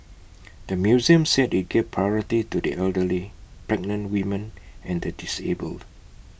the museum said IT gave priority to the elderly pregnant women and the disabled